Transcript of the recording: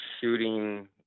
shooting